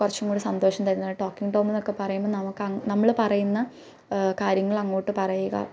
കുറച്ചും കൂടി സന്തോഷം തരുന്ന ടോക്കിംങ്ങ് ടോം എന്നൊക്കെ പറയുമ്പം നമുക്ക് നമ്മൾ പറയുന്ന കാര്യങ്ങൾ അങ്ങോട്ട് പറയുക